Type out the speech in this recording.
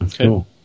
Okay